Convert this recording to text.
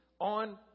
on